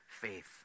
faith